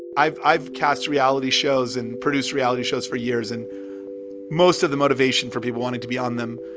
i've i've cast reality shows and produced reality shows for years, and most of the motivation for people wanting to be on them,